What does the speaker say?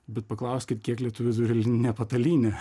bet paklauskit kiek lietuvių turi lininę patalynę